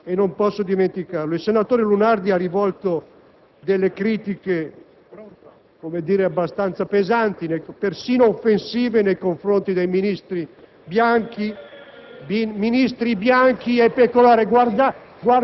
altro. C'è un ultimo aspetto che non posso dimenticare. Il senatore Lunardi ha rivolto critiche abbastanza pesanti, persino offensive, nei confronti dei ministri Bianchi